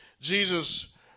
Jesus